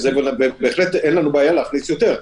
ובהחלט אין לנו בעיה להכניס יותר,